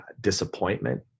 disappointment